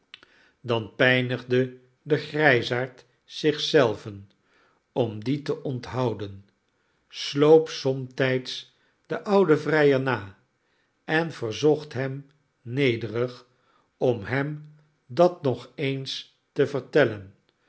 dan pijnigde de grijsaard zich zelven om die te onthouden sloop somtijds den ouden vrijer na en verzocht hem nederig om hem dat nog eens te vertellen